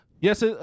Yes